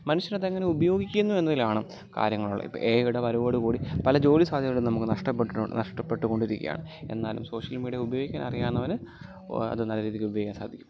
മനുഷ്യർ അതെങ്ങനെ ഉപയോഗിക്കുന്നു എന്നതിലാണ് കാര്യങ്ങൾ ഉള്ളെ എഐയുടെ വരവോടു കൂടി പല ജോലി സാധ്യതകളും നമുക്ക് നഷ്ടപ്പെട്ടിട്ടുണ്ട് നഷ്ടപ്പെട്ടു കൊണ്ടിരിക്കുവാണ് എന്നാലും സോഷ്യൽ മീഡിയ ഉപയോഗിക്കാനറിയാവുന്നവന് അത് നല്ല രീതിയില് ഉപയോഗിക്കാൻ സാധിക്കും